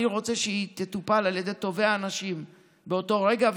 אני רוצה שהיא תטופל על ידי טובי האנשים באותו רגע,